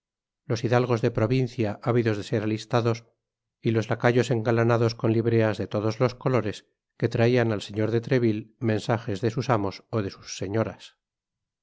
los hidalgos de provincia ávidos de ser alistados y los lacayos engalanados con libreas de todos colores que traían al señor de treville mensajes de sus amos ó de sus señoras